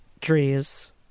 trees